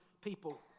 people